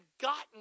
gotten